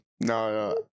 no